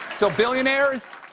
so, billionaires,